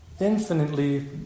infinitely